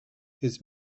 his